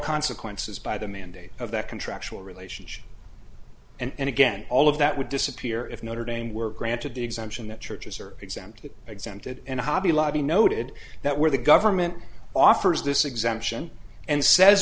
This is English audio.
consequences by the mandate of that contractual relationship and again all of that would disappear if notre dame were granted the exemption that churches are exempted exempted and hobby lobby noted that where the government offers this exemption and says